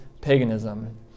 paganism